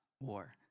war